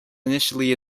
initially